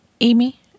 Amy